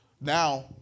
Now